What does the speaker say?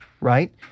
right